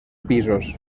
pisos